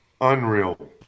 Unreal